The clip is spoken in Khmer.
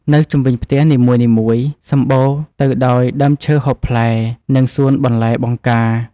នៅជុំវិញផ្ទះនីមួយៗសម្បូរទៅដោយដើមឈើហូបផ្លែ និងសួនបន្លែបង្ការ។